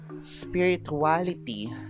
spirituality